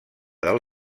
del